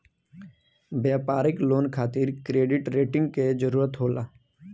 व्यापारिक लोन खातिर credit rating के जरूरत होला